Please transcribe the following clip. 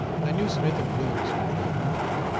i knew smith and williams were in our room.